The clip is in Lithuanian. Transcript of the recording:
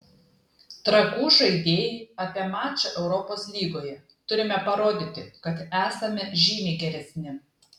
trakų žaidėjai apie mačą europos lygoje turime parodyti kad esame žymiai geresni